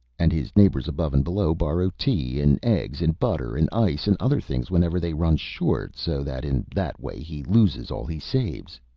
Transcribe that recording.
and his neighbors above and below borrow tea and eggs and butter and ice and other things whenever they run short, so that in that way he loses all he saves,